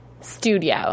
studio